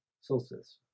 solstice